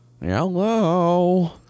hello